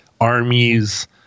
armies